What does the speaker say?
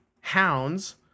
hounds